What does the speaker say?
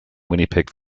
winnipeg